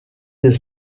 des